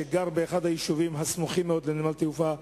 שגר באחד היישובים הסמוכים מאוד לנמל התעופה בן-גוריון,